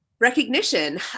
recognition